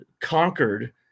conquered